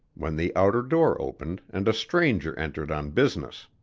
when the outer door opened and a stranger entered on business.